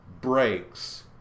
breaks